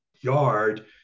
yard